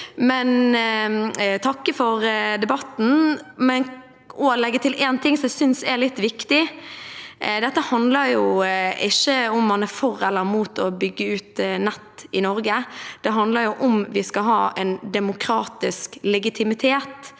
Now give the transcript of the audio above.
takke for debatten og legge til én ting som jeg synes er litt viktig. Dette handler ikke om hvorvidt man er for eller mot å bygge ut nett i Norge, det handler om hvorvidt vi skal ha en demokratisk legitimitet